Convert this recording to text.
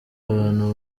abantu